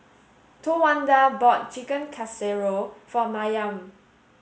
Towanda bought Chicken Casserole for Mariam